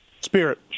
spirit